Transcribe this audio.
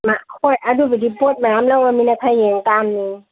ꯏꯃꯥ ꯍꯣꯏ ꯑꯗꯨꯕꯨꯗꯤ ꯄꯣꯠ ꯃꯌꯥꯝ ꯂꯧꯔꯃꯤꯅ ꯈꯔ ꯌꯦꯡꯇꯥꯕꯅꯤ